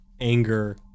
anger